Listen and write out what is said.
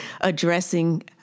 addressing